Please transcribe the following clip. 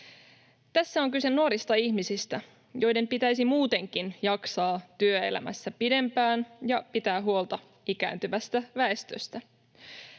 Tässä on kyse nuorista ihmisistä, joiden pitäisi muutenkin jaksaa työelämässä pidempään ja pitää huolta ikääntyvästä väestöstä